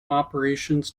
operations